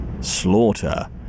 Slaughter